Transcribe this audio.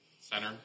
center